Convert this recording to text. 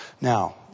Now